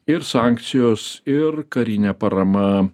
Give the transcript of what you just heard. ir sankcijos ir karinė parama